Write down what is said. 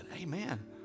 amen